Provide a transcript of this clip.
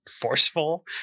forceful